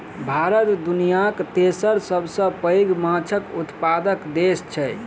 भारत दुनियाक तेसर सबसे पैघ माछक उत्पादक देस छै